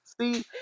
See